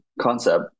concept